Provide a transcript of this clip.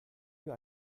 für